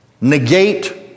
negate